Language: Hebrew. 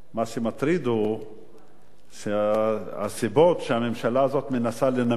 מה שמטריד הוא הסיבות שבהן הממשלה הזאת מנסה לנמק.